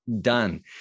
done